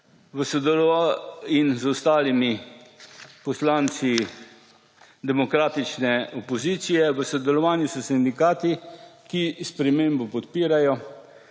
v sodelovanju s sindikati, ki spremembo podpirajo,